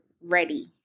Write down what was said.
ready